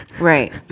Right